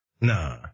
Nah